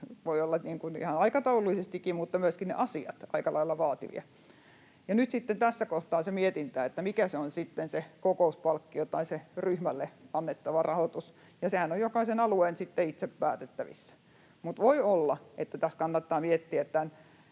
voi olla ihan aikataulullisestikin, mutta myöskin ne asiat ovat aika lailla vaativia. Ja nyt sitten tässä kohtaa on se mietintä, mikä on sitten se kokouspalkkio tai se ryhmälle annettava rahoitus, ja sehän on jokaisen alueen itse päätettävissä. Mutta voi olla, että tässä kannattaa miettiä